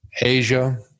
Asia